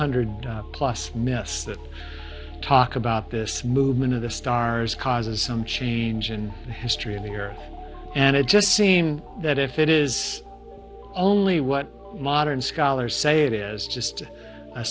hundred plus mists that talk about this movement of the stars causes some change in history of the earth and it just seemed that if it is only what modern scholars say it is just a